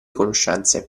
conoscenze